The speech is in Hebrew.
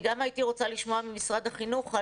אני גם הייתי רוצה לשמוע ממשרד החינוך,